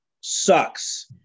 sucks